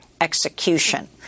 execution